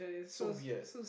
so weird